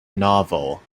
novel